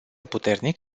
puternic